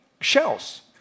shells